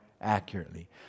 accurately